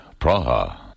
Praha